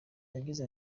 yagize